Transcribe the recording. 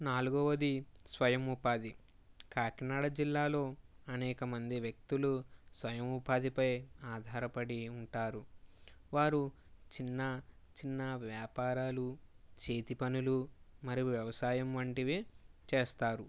నాల్గొవది స్వయం ఉపాధి కాకినాడ జిల్లాలో అనేకమంది వ్యక్తులు స్వయం ఉపాధిపై ఆధారపడి ఉంటారు వారు చిన్న చిన్న వ్యాపారాలు చేతి పనులు మరియు వ్యవసాయం వంటివి చేస్తారు